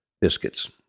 biscuits